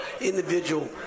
individual